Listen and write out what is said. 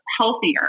healthier